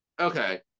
Okay